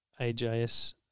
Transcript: AJS